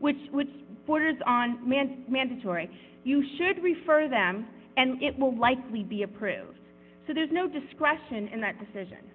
which which borders on man mandatory you should refer them and it will likely be approved so there's no discretion in that decision